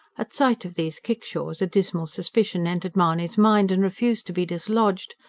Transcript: at sight of these kickshaws a dismal suspicion entered mahony's mind, and refused to be dislodged.